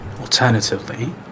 Alternatively